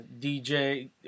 DJ